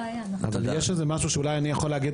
אבל יש איזה משהו שאני אולי יכול להגיד